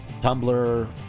Tumblr